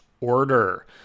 order